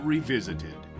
Revisited